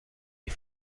die